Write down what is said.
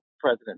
President